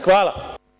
Hvala.